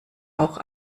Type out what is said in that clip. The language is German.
auch